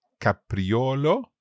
Capriolo